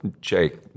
Jake